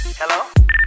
hello